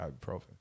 ibuprofen